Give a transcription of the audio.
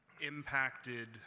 impacted